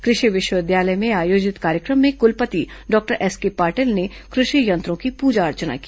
कृषि विश्वविद्यालय में आयोजित कार्यक्रम में कृलपति डॉक्टर एसके पाटिल ने कृषि यंत्रों की पूजा अर्चना की